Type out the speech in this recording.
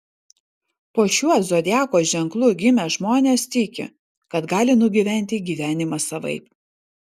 po šiuo zodiako ženklu gimę žmonės tiki kad gali nugyventi gyvenimą savaip